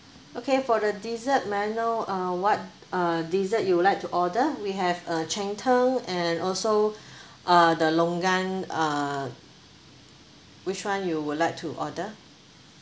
okay for the dessert may I know uh what uh dessert you would like to order we have uh cheng teng and also uh the longan uh which [one] you would like to order